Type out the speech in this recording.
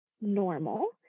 normal